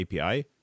API